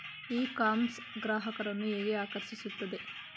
E commerce ಗ್ರಾಹಕರನ್ನು ಹೇಗೆ ಆಕರ್ಷಿಸುತ್ತದೆ?